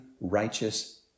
righteous